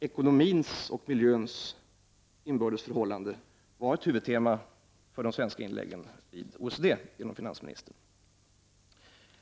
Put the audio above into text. Ekonomins och miljöns inbördes förhållande var ett huvudtema för finansministerns inlägg i OECD.